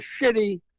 shitty